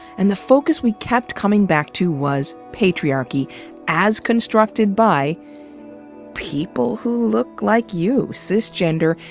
and the focus we kept coming back to was patriarchy as constructed by people who look like you cisgender,